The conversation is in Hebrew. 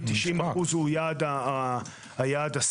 90% הוא היעד הסביר,